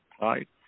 right